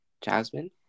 Jasmine